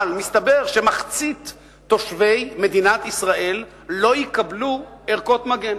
מסתבר שמחצית תושבי מדינת ישראל לא יקבלו ערכות מגן,